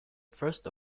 first